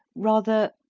rather,